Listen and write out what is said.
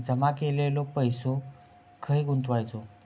जमा केलेलो पैसो खय गुंतवायचो?